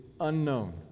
unknown